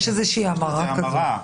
יש המרה.